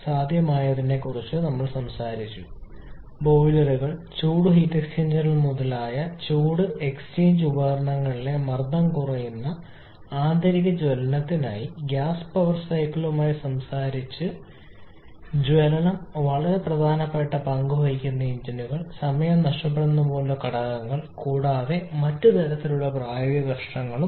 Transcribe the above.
സാധ്യമായതിനെക്കുറിച്ച് ഞങ്ങൾ സംസാരിച്ചു ബോയിലറുകൾ ചൂട് എക്സ്ചേഞ്ചറുകൾ മുതലായ ചൂട് എക്സ്ചേഞ്ച് ഉപകരണങ്ങളിലെ മർദ്ദം കുറയുന്ന ആന്തരിക ജ്വലനത്തിനായി ഗ്യാസ് പവർ സൈക്കിളുകളുമായി സംയോജിച്ച് സംസാരിച്ചു ജ്വലനം വളരെ പ്രധാനപ്പെട്ട പങ്ക് വഹിക്കുന്ന എഞ്ചിനുകൾ സമയം നഷ്ടപ്പെടുന്നത് പോലുള്ള ഘടകങ്ങൾ കൂടാതെ മറ്റ് തരത്തിലുള്ള പ്രായോഗിക നഷ്ടങ്ങളും